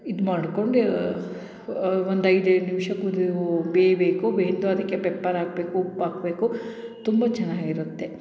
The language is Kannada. ಇದು ಮಾಡ್ಕೊಂಡು ಯಾ ಒಂದು ಐದು ಐದು ನಿಮಿಷ ಕುದಿಯೋ ಬೇಯಬೇಕು ಬೆಂದು ಅದಕ್ಕೆ ಪೆಪ್ಪರ್ ಹಾಕಬೇಕು ಉಪ್ಪು ಹಾಕಬೇಕು ತುಂಬ ಚೆನ್ನಾಗಿರುತ್ತೆ